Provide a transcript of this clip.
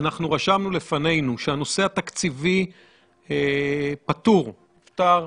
אנחנו רשמנו לפנינו שהנושא התקציבי פתור, נפתר,